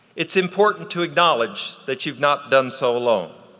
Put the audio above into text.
it's important to acknowledge that you've not done so alone.